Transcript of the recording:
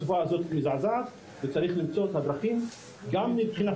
התופעה הזאת מזעזעת וצריך למצוא את הדרכים גם מבחינת